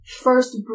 first